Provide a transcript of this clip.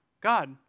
God